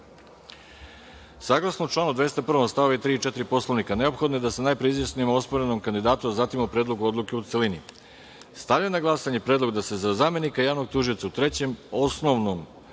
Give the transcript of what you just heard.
odluke. Saglasno članu 201. st. 3. i 4. Poslovnika, neophodno je da se najpre izjasnimo o osporenom kandidatu, a zatim o Predlogu odluke u celini. Stavljam na glasanje predlog da se za zamenika javnog tužioca u Trećem osnovnom